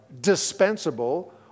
dispensable